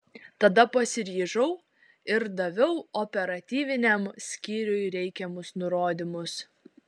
tada pasiryžau ir daviau operatyviniam skyriui reikiamus nurodymus